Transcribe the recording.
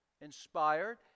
inspired